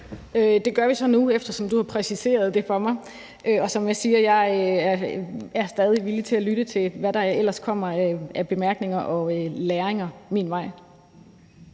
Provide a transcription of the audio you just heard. Det gør vi så nu, eftersom du har præciseret det for mig. Og som jeg siger, er jeg stadig villig til at lytte til, hvad der ellers kommer af bemærkninger og læringer min vej.